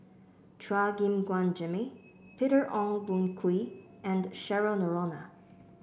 Chua Gim Guan Jimmy Peter Ong Boon Kwee and Cheryl Noronha